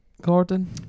Gordon